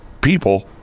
people